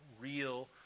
real